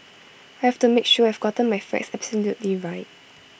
I have to make sure I have gotten my facts absolutely right